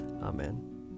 Amen